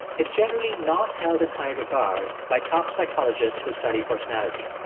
it's generally not held in high regard by top psychologists who study personality.